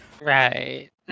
Right